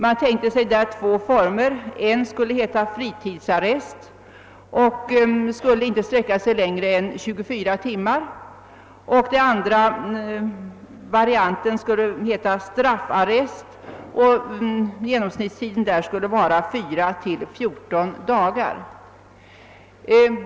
Man tänker sig där två former: en skulle kallas fritidsarrest och inte vara längre än 24 timmar, en annan skulle kallas straffarrest och vara 4-- 14 dagar.